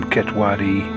Ketwadi